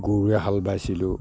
গৰুৱে হাল বাইছিলোঁ